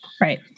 Right